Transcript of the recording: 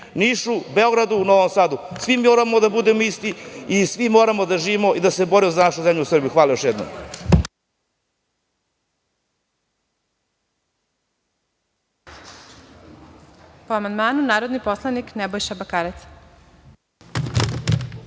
Nišu, Beogradu, Novom Sadu. Svi moramo da budemo isti i svi moramo da živimo i da se borimo za našu zemlju Srbiju. Hvala još jednom.